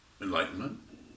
enlightenment